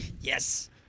Yes